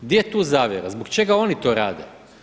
Gdje je tu zavjera, zbog čega oni to rade?